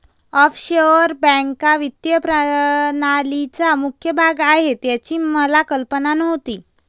offshore बँका वित्तीय प्रणालीचा मुख्य भाग आहेत याची मला कल्पना नव्हती